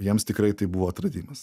jiems tikrai tai buvo atradimas